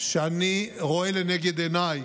שאני רואה לנגד עיניי,